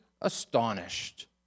astonished